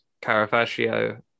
Caravaggio